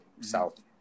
South